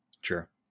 Sure